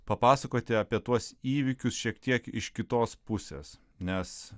papasakoti apie tuos įvykius šiek tiek iš kitos pusės nes